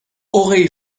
hogei